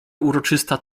uroczysta